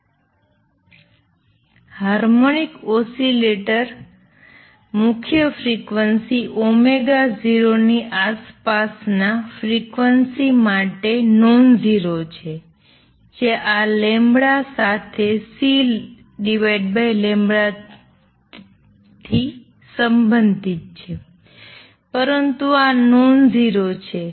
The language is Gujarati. હાર્મોનિક ઓસિલેટર મુખ્ય ફ્રિક્વન્સી 0 ની આસપાસના ફ્રિક્વન્સી માટે નોનઝીરો છે જે આ સાથે c થી સંબંધિત છે પરંતુ આ નોનઝીરો છે